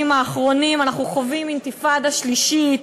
האחרונים אנחנו חווים אינתיפאדה שלישית,